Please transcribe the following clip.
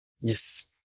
Yes